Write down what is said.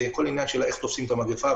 הכול עניין איך תופסים את המגפה,